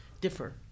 differ